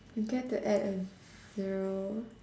you get to add a zero